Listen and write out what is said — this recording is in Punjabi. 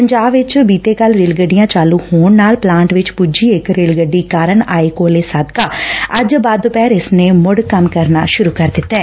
ਪੰਜਾਬ ਵਿੱਚ ਬੀਤੇ ਕੱਲੂ ਰੇਲ ਗੱਡੀਆਂ ਚਾਲੂ ਹੋਣ ਨਾਲ ਪਲਾਂਟ ਵਿੱਚ ਪੁੱਜੀ ਇੱਕ ਰੇਲ ਗੱਡੀ ਕਾਰਨ ਆਏ ਕੋਲੇ ਸਦਕਾ ਅੱਜ ਬਾਅਦ ਦੁਪਹਿਰ ਇਸ ਨੇ ਮੁੜ ਕੰਮ ਕਰਨਾ ਸ਼ੁਰੁ ਕਰ ਦਿੱਤੈ